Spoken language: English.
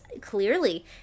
clearly